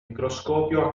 microscopio